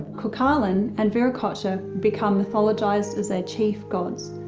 cuchulainn and viracocha become mythologized as their chief gods?